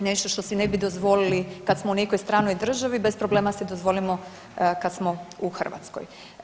nešto što si ne bi dozvolili kad smo u nekoj stranoj državi bez problema si dozvolimo kad smo u Hrvatskoj.